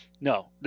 No